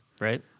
Right